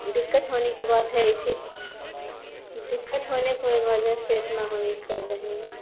دقت ہونے کی بات ہے اسی دقت ہونے کے وجہ سے اتنا ہم ای کر رہے ہیں